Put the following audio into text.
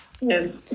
yes